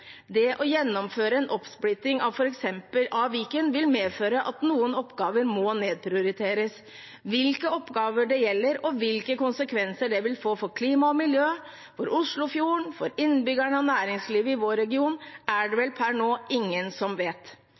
Det å gjennomføre en oppsplitting av Viken vil medføre at noen oppgaver må nedprioriteres. Hvilke oppgaver det gjelder, og hvilke konsekvenser det vil få for klima og miljø, for Oslofjorden, for innbyggerne og for næringslivet i vår region, er det vel per nå ingen som vet.